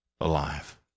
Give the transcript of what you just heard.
alive